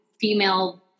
female